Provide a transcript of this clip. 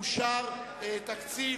אושר תקציב